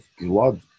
blood